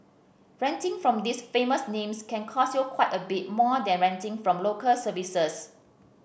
renting from these famous names can cost you quite a bit more than renting from Local Services